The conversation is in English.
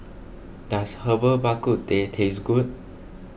does Herbal Bak Ku Teh taste good